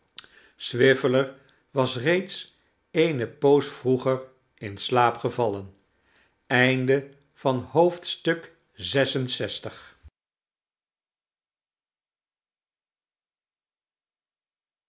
swiveller was reeds eene poos vroeger in slaap gevallen